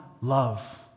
love